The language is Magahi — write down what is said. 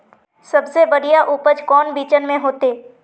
सबसे बढ़िया उपज कौन बिचन में होते?